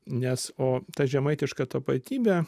nes o tą žemaitiška tapatybė